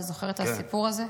אתה זוכר את הסיפור הזה?